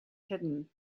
hidden